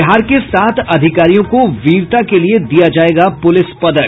बिहार के सात अधिकारियों को वीरता के लिए दिया जायेगा पुलिस पदक